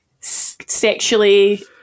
sexually